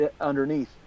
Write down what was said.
underneath